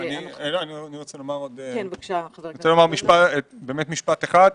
אני רוצה לומר משפט אחד.